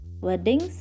weddings